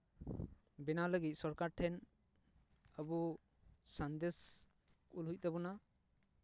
ᱵᱮᱱᱟᱣ ᱞᱟᱹᱜᱤᱫ ᱥᱚᱨᱠᱟᱨ ᱴᱷᱮᱱ ᱟᱵᱚ ᱥᱟᱸᱫᱮᱥ ᱠᱳᱞ ᱦᱩᱭᱩᱜ ᱛᱟᱵᱚᱱᱟ